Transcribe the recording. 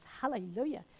Hallelujah